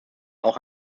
auch